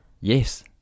Yes